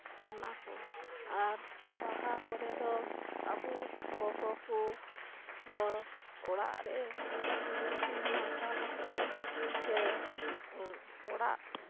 ᱚᱱᱟ ᱠᱚ ᱟᱨ ᱵᱟᱦᱟ ᱠᱚᱨᱮ ᱫᱚ ᱟᱵᱚ ᱜᱚᱜᱚ ᱠᱚ ᱫᱚ ᱚᱲᱟᱜ ᱨᱮ ᱩᱢ ᱱᱟᱲᱠᱟ ᱠᱟᱛᱮᱫ ᱥᱮ ᱚᱲᱟᱜ